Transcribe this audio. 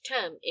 term